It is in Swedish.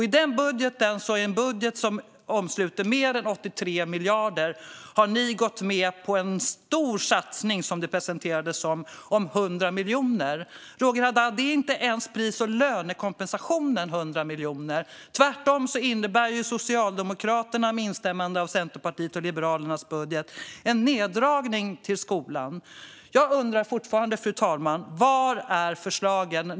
I denna budget, som omsluter mer än 83 miljarder, har ni gått med på vad som presenterades som en stor satsning om 100 miljoner. Men, Roger Haddad, 100 miljoner motsvarar inte ens pris och lönekompensationen! Tvärtom innebär Socialdemokraternas budget, med instämmande av Centerpartiet och Liberalerna, en neddragning till skolan. Jag undrar fortfarande, fru talman: Var är förslagen?